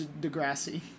Degrassi